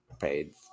paid